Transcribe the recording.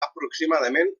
aproximadament